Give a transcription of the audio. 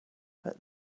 but